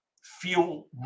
Feel